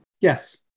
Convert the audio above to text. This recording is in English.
Yes